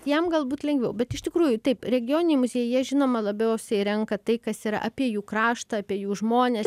jam galbūt lengviau bet iš tikrųjų taip regioniniai muziejai jie žinoma labiausiai renka tai kas yra apie jų kraštą apie jų žmones